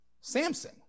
Samson